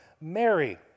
Mary